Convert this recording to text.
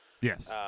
Yes